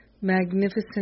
magnificent